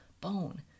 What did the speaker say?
bone